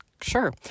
sure